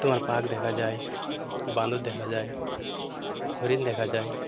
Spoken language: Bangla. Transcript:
তোমার বাঘ দেখা যায় বানর দেখা যায় হরিণ দেখা যায়